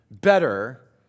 better